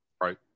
Right